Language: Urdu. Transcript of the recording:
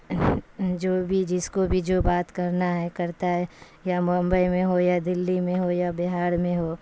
جو بھی جس کو بھی جو بات کرنا ہے کرتا ہے یا ممبئی میں ہو یا دہلی میں ہو یا بہار میں ہو